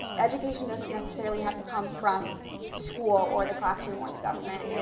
education doesn't necessarily have to come from school or the classroom or the government.